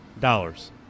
dollars